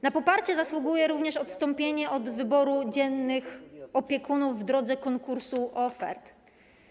Na poparcie zasługuje również odstąpienie od wyboru dziennych opiekunów w drodze konkursu ofert.